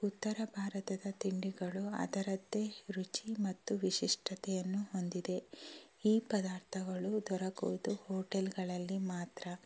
ಉತ್ತರ ಭಾರತದ ತಿಂಡಿಗಳು ಅದರದ್ದೇ ರುಚಿ ಮತ್ತು ವಿಶಿಷ್ಟತೆಯನ್ನು ಹೊಂದಿದೆ ಈ ಪದಾರ್ಥಗಳು ದೊರಕುವುದು ಹೋಟೆಲ್ಗಳಲ್ಲಿ ಮಾತ್ರ